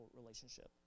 relationship